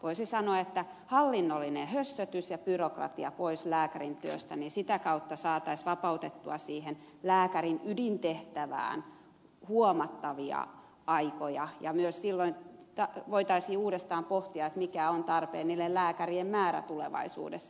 voisi sanoa että hallinnollinen hössötys ja byrokratia pois lääkärin työstä sitä kautta saataisiin vapautettua siihen lääkärin ydintehtävään huomattavia aikoja ja myös silloin voitaisiin uudestaan pohtia mikä on tarpeellinen lääkärien määrä tulevaisuudessa